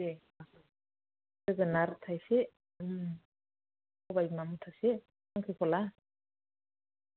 दे जोगोनार थाइसे सबाइ बिमा मुथासे खांख्रिखला